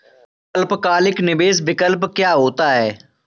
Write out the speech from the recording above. अल्पकालिक निवेश विकल्प क्या होता है?